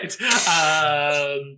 Right